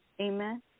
Amen